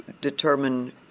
determine